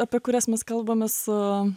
apie kurias mes kalbame su